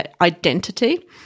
identity